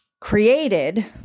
Created